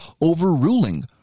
overruling